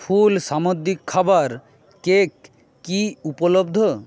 ফুল সামুদ্রিক খাবার কেক কি উপলব্ধ